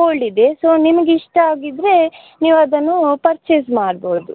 gold ಇದೆ so ನಿಮ್ಗೆ ಇಷ್ಟ ಆಗಿದ್ದರೆ ನೀವು ಅದನ್ನು ಪರ್ಚೇಸ್ ಮಾಡ್ಬೋದು